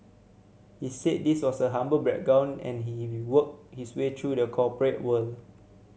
he said this was a humble background and he worked his way through the corporate world